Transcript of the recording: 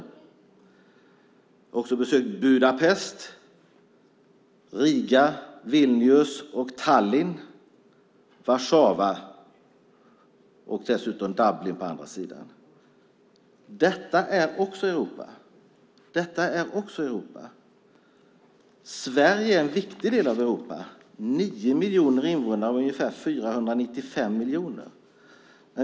Jag har också besökt Budapest, Riga, Vilnius, Tallinn, Warszawa och dessutom Dublin på andra sidan. Detta är också Europa. Sverige är en viktig del av Europa. Det har 9 miljoner invånare av ungefär 495 miljoner.